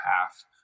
half